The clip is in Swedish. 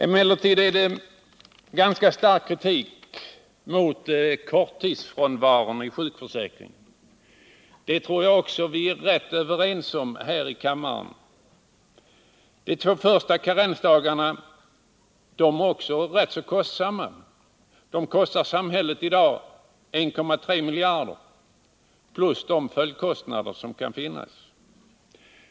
Emellertid uttalas en ganska stark kritik mot sjukförsäkringen när det gäller korttidsfrånvaron, en kritik som jag tror vi alla här i kammaren kan instämmai. De två första karensdagarna är nämligen kostsamma. De kostar i dag samhället 1,3 miljarder plus de följdkostnader som kan uppkomma.